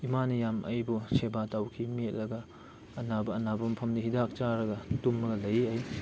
ꯏꯃꯥꯅ ꯌꯥꯝ ꯑꯩꯕꯨ ꯁꯦꯕ ꯇꯧꯈꯤ ꯃꯦꯠꯂꯒ ꯑꯅꯥꯕ ꯑꯅꯥꯕ ꯃꯐꯝꯗ ꯍꯤꯗꯥꯛ ꯆꯥꯔꯒ ꯇꯨꯝꯂꯒ ꯂꯩ ꯑꯩ